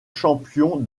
champion